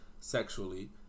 sexually